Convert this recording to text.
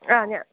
ആ ഞാൻ